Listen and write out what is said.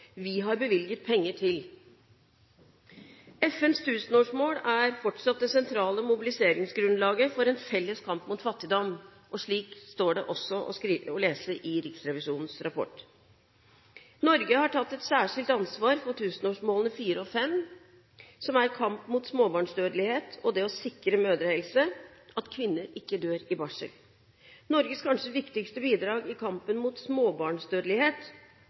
vi har bevilget penger til. FNs tusenårsmål er fortsatt det sentrale mobiliseringsgrunnlaget for en felles kamp mot fattigdom, og slik står det også å lese i Riksrevisjonens rapport. Norge har tatt et særskilt ansvar for tusenårsmålene 4 og 5, som er kamp mot småbarnsdødelighet og det å sikre mødrehelse – at kvinner ikke dør i barsel. Norges kanskje viktigste bidrag i kampen mot småbarnsdødelighet